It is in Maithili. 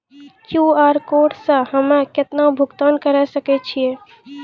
क्यू.आर कोड से हम्मय केतना भुगतान करे सके छियै?